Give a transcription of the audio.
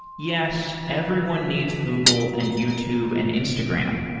yes, everyone needs google and youtube, and instagram,